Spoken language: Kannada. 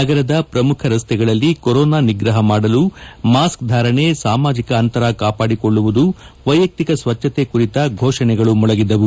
ನಗರದ ಪ್ರಮುಖ ರಸ್ತೆಗಳಲ್ಲಿ ಕೊರೋನಾ ನಿಗ್ರಹ ಮಾಡಲು ಮಾಸ್ಕ್ ಧಾರಣೆ ಸಾಮಾಜಿಕ ಅಂತರ ಕಾಪಾಡಿಕೊಳ್ಳುವುದು ವಯಕಿಕ ಸಚ್ಲತೆ ಕುರಿತ ಘೋಷಣೆಗಳು ಮೊಳಗಿದವು